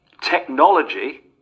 technology